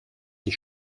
sie